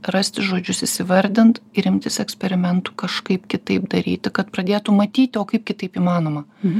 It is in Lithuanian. rasti žodžius įsivardint ir imtis eksperimentų kažkaip kitaip daryti kad pradėtum matyti o kaip kitaip įmanoma